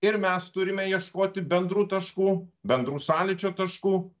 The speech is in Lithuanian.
ir mes turime ieškoti bendrų taškų bendrų sąlyčio taškų